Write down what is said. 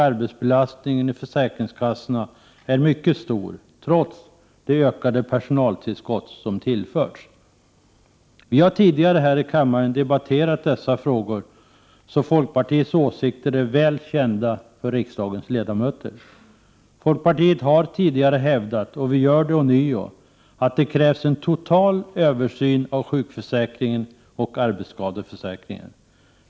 Arbetsbelastningen i försäkringskassorna är mycket hög trots personaltillskottet. Vi har tidigare här i kammaren debatterat dessa frågor, varför folkpartiets åsikter är väl kända för riksdagens ledamöter. Folkpartiet har hävdat och hävdar att det krävs en total översyn av sjukförsäkringen och arbetsskadeförsäkringen.